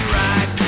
right